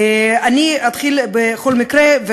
אני אתחיל בכל מקרה,